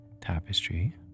tapestry